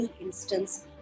instance